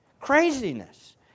Craziness